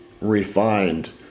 refined